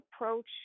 approach